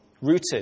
rooted